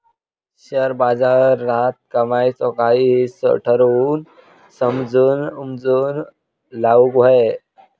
share बाजारात कमाईचो काही हिस्सो ठरवून समजून उमजून लाऊक व्हये